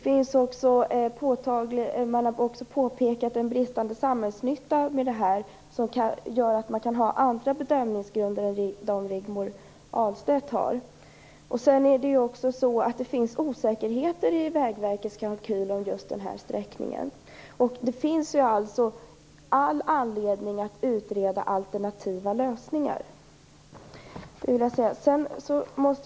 Man har också påpekat en bristande samhällsnytta med det här, som gör att det kan finnas andra bedömningsgrunder än dem som Rigmor Ahlstedt har. Det finns också osäkerheter i Vägverkets kalkyl för just den här sträckningen. Det finns därför all anledning att utreda alternativa lösningar.